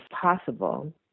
possible